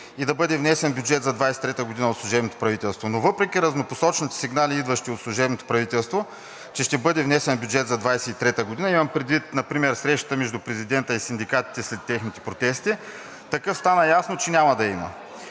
и да бъде внесен бюджет за 2023 г. от служебното правителство. Но въпреки разнопосочните сигнали, идващи от служебното правителство, че ще бъде внесен бюджет за 2023 г., имам предвид например срещата между президента и синдикатите след техните протести, такъв стана ясно, че няма да има.